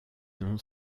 non